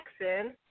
Jackson